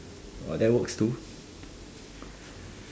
uh that works too